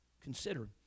consider